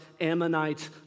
Ammonite